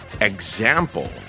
example